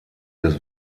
des